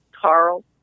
Carl